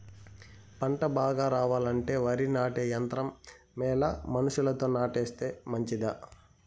పంట బాగా రావాలంటే వరి నాటే యంత్రం మేలా మనుషులతో నాటిస్తే మంచిదా?